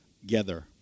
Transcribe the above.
together